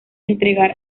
entregar